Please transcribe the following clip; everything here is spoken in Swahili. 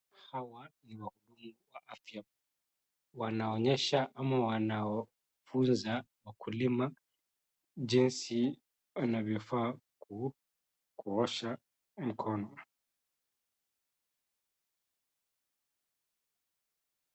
Hawa ni wakulima wa afya, wanaonyesha ama wanafunza wakulima jinsi wanavyofaa ku, kuosha mkono.